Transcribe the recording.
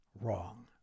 wrong